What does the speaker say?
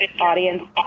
audience